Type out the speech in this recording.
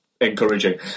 encouraging